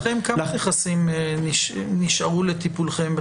להערכתכם, כמה נכסים נשארו לטיפולכם בחמש שנים?